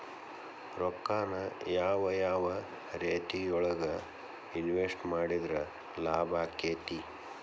ರೊಕ್ಕಾನ ಯಾವ ಯಾವ ರೇತಿಯೊಳಗ ಇನ್ವೆಸ್ಟ್ ಮಾಡಿದ್ರ ಲಾಭಾಕ್ಕೆತಿ?